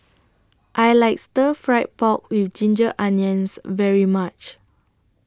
I like Stir Fried Pork with Ginger Onions very much